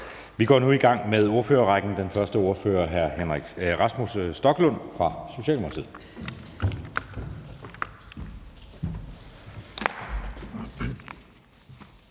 Vi går nu i gang med ordførerrækken. Den første ordfører er hr. Rasmus Stoklund fra Socialdemokratiet.